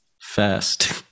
Fast